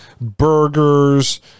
burgers